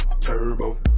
Turbo